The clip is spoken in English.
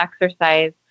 exercise